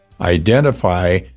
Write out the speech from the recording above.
identify